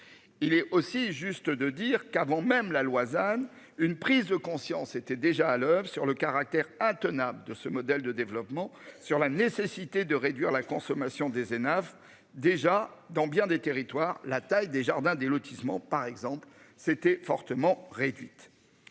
Il est aussi juste de dire qu'avant même la loi than une prise de conscience était déjà à l'oeuvre sur le caractère intenable de ce modèle de développement sur la nécessité de réduire la consommation des Hénaff déjà dans bien des territoires, la taille des jardins des lotissements par exemple s'étaient fortement réduites.